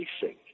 facing